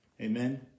Amen